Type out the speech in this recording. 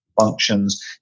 Functions